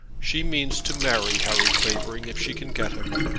she means to marry harry clavering if she can get him.